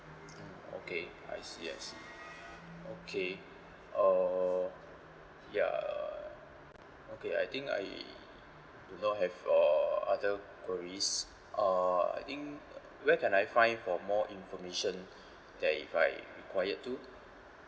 oh okay I see I see okay uh ya okay I think I do not have uh other queries uh I think where can I find for more information that if I required to